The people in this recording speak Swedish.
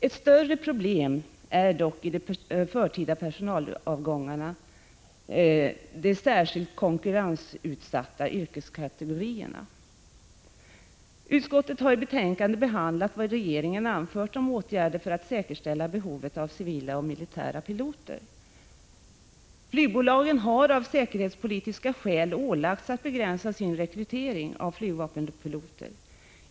Ett större problem då det gäller de förtida personalavgångarna utgör de Utskottet har i betänkandet behandlat vad regeringen anfört om åtgärder för att säkerställa behovet av civila och militära piloter. Flygbolagen har av säkerhetspolitiska skäl ålagts att begränsa sin rekrytering av flygvapenpiloter.